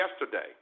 yesterday